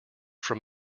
from